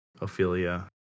Ophelia